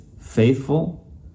faithful